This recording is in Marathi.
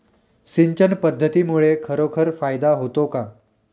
सिंचन पद्धतीमुळे खरोखर फायदा होतो का?